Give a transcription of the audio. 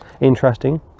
Interesting